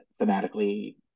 thematically